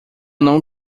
não